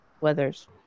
Weathers